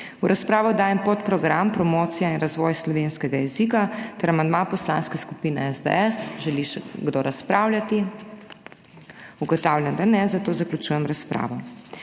V razpravo dajem podprogram Promocija in razvoj slovenskega jezika ter amandma Poslanske skupine SDS. Želi še kdo razpravljati? Ugotavljam, da ne, zato zaključujem razpravo.